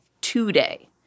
today